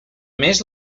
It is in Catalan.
més